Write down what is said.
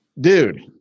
Dude